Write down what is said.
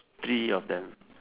three of them